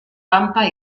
pampa